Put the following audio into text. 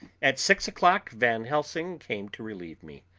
at six o'clock van helsing came to relieve me.